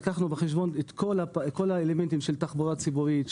לקחנו בחשבון את כל האלמנטים של תחבורה ציבורית,